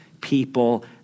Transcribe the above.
people